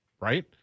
right